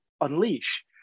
unleash